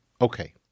Okay